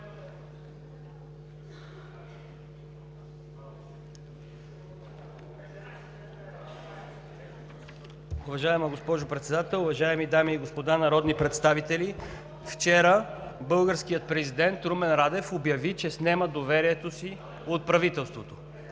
Уважаема госпожо Председател, уважаеми дами и господа народни представители! Вчера българският президент Румен Радев обяви, че снема доверието си от правителството.